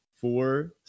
four